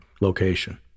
location